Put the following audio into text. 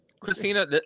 Christina